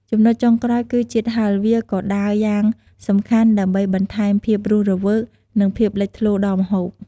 ចំណុចចុងក្រោយគឺ ជាតិហឹរ វាក៏ដើរយ៉ាងសំខាន់ដើម្បីបន្ថែមភាពរស់រវើក និងភាពលេចធ្លោដល់ម្ហូប។